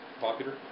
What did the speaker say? popular